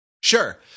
Sure